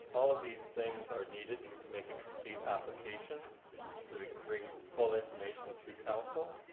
all of these things are needed to make a complete application so we can bring full information to council.